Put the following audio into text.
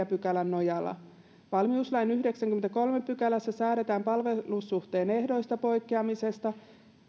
pykälän nojalla valmiuslain yhdeksännessäkymmenennessäkolmannessa pykälässä säädetään palvelussuhteen ehdoista poikkeamisesta